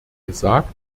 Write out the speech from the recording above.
gesagt